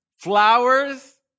Flowers